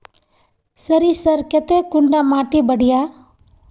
सरीसर केते कुंडा माटी बढ़िया?